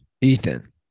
Ethan